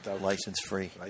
license-free